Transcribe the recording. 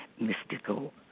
mystical